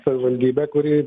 savivaldybė kuri